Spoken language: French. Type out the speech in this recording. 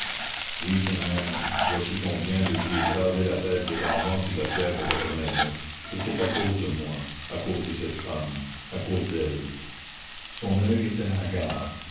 oui seigneur voici qu'on vient de lui écraser la tête devant moi sur la pierre de votre maison et c'est à cause de moi à cause de cette femme à cause d'elle son oeil était hagard